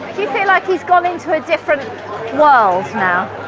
do you feel like he's gone into a different world now?